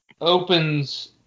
opens